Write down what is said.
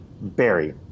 Barry